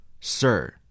Sir